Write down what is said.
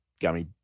gummy